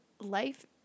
life